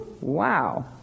wow